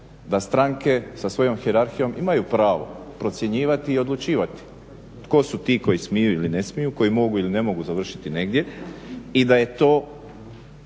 da stranke sa svojom hijerarhijom imaju pravo procjenjivati i odlučivati tko su ti koji smiju ili ne smiju, koji mogu ili ne mogu završiti negdje i da je to